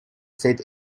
said